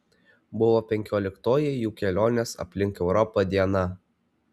buvo penkioliktoji jų kelionės aplink europą diena